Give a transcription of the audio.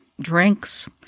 drinks